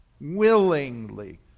willingly